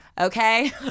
Okay